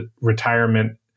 retirement